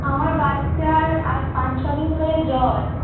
আমার বাচ্চার আজ পাঁচ ছ দিন ধরে জ্বর